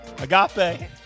Agape